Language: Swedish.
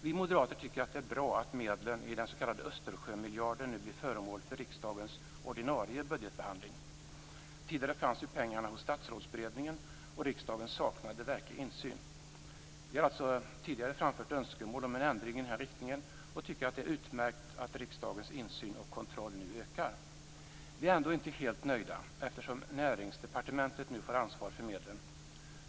Vi moderater tycker att det är bra att medlen i den s.k. Östersjömiljarden nu blir föremål för riksdagens ordinarie budgetbehandling. Tidigare fanns ju pengarna hos Statsrådsberedningen, och riksdagen saknade verklig insyn. Vi har tidigare framfört önskemål om en ändring i den här riktningen. Vi tycker att det är utmärkt att riksdagens insyn och kontroll nu ökar. Vi är ändå inte helt nöjda eftersom Näringsdepartementet nu får ansvar för medlen.